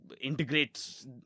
integrates